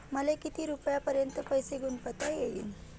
मले किती रुपयापर्यंत पैसा गुंतवता येईन?